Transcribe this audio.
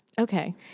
okay